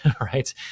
right